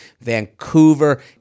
Vancouver